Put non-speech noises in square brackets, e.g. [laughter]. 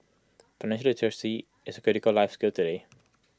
[unintelligible] literacy is A critical life skill today